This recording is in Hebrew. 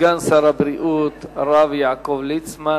סגן שר הבריאות הרב יעקב ליצמן.